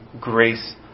grace